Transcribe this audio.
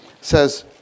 says